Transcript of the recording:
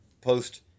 post